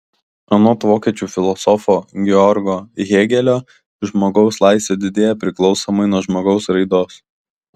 anot vokiečių filosofo georgo hėgelio žmogaus laisvė didėja priklausomai nuo žmogaus raidos